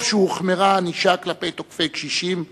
טוב שהוחמרה הענישה כלפי תוקפי קשישים,